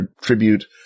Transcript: tribute